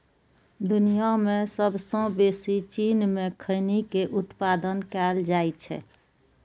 दुनिया मे सबसं बेसी चीन मे खैनी के उत्पादन कैल जाइ छै